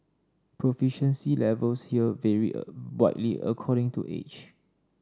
proficiency levels here varied widely according to age